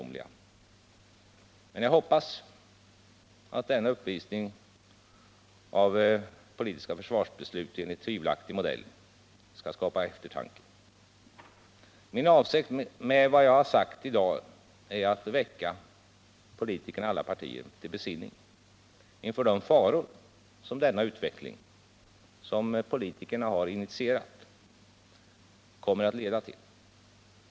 Men jag hoppas att denna uppvisning av politiska försvarsbeslut efter en modell som måste anses tvivelaktig skall skapa eftertanke. Min avsikt med vad jag har sagt här i dag är att väcka politikerna i alla partier till besinning inför de risker som denna utveckling — som politikerna har initierat — kommer att leda till.